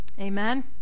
Amen